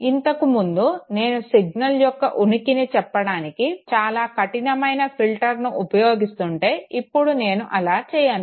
ఇంతకు ముందు నేను సిగ్నల్ యొక్క ఉనికిని చెప్పడానికి చాలా కఠినమైన ఫిల్టర్ను ఉపయోగిస్తుంటే ఇప్పుడు నేను అలా చేయను